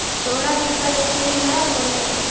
तोहरा वृद्धा पेंशन मिलहको ने?